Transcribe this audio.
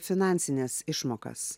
finansines išmokas